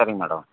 சரிங்க மேடம்